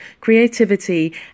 creativity